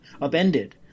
upended